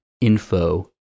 info